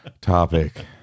topic